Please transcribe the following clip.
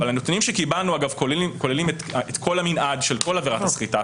אבל הנתונים שקיבלנו כוללים את כל המנעד של כל עבירת הסחיטה,